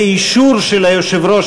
באישור של היושב-ראש,